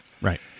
Right